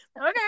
Okay